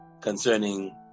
concerning